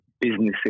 businesses